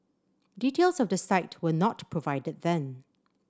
details of the site were not provided then